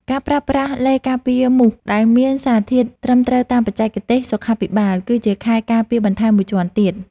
ការប្រើប្រាស់ឡេការពារមូសដែលមានសារធាតុត្រឹមត្រូវតាមបច្ចេកទេសសុខាភិបាល គឺជាខែលការពារបន្ថែមមួយជាន់ទៀត។